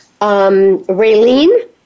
Raylene